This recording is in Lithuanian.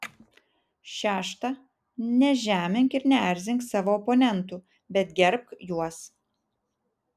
šešta nežemink ir neerzink savo oponentų bet gerbk juos